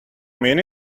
mean